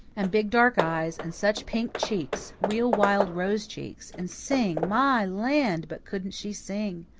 and big dark eyes, and such pink cheeks real wild rose cheeks. and sing! my land! but couldn't she sing!